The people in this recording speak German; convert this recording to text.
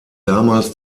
damals